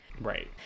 right